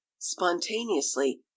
spontaneously